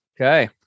Okay